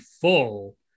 full